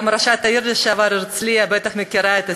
גם ראשת העיר הרצליה לשעבר בטח מכירה את הסיפור,